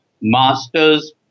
master's